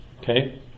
Okay